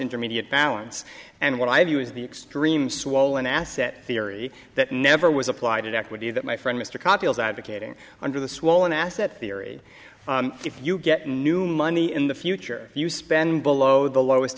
intermediate balance and what i view is the extreme swollen asset theory that never was applied in equity that my friend mr carville's advocating under the swollen asset theory if you get new money in the future if you spend below the lowest